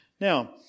Now